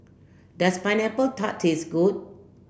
does pineapple tart taste good